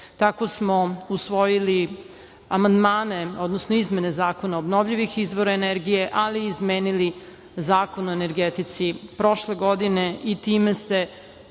tako smo usvojili amandmane, odnosno izmene Zakona o obnovljivim izvorima energije, ali i izmenili Zakon o energetici prošle godine i time se